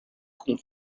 kun